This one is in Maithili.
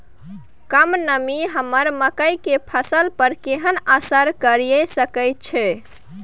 कम नमी हमर मकई के फसल पर केहन असर करिये सकै छै?